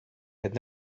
had